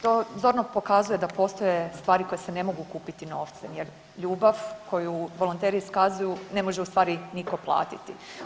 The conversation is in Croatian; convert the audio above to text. To zorno pokazuje da postoje stvari koje se ne mogu kupiti novcem jer ljubav koju volonteri iskazuju ne može u stvari nitko platiti.